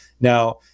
Now